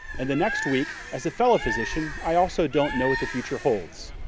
and the next week, as a fellow physician, i also don't know what the future holds.